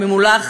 הממולח,